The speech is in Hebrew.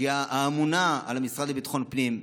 שאמונה על המשרד לביטחון פנים.